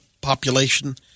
population